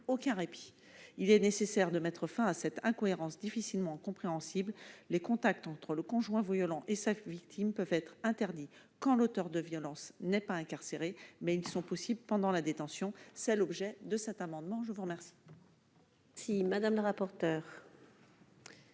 aucun répit. Il est nécessaire de mettre fin à cette incohérence difficilement compréhensible. Les contacts entre le conjoint violent et sa victime peuvent être interdits quand l'auteur de violences n'est pas incarcéré, mais ils sont possibles pendant la détention. Quel est l'avis de la commission ? Il semble